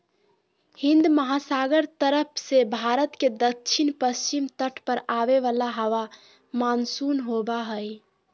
हिन्दमहासागर तरफ से भारत के दक्षिण पश्चिम तट पर आवे वाला हवा मानसून होबा हइ